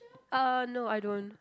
uh no I don't